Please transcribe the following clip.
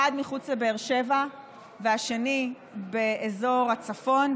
אחד מחוץ לבאר שבע והשני באזור הצפון,